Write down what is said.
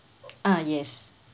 uh yes